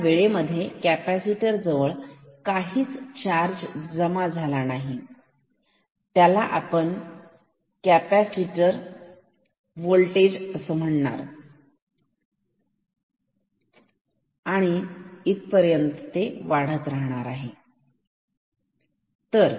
तर या वेळेमध्ये कॅपॅसिटर जवळ काहीतरी चार्ज जमा झाला आहे त्याला आपण कॅपॅसिटर चे होल्टेज असं म्हणणार आहोत आणि तो येथे पर्यंत वाढत राहणार आहे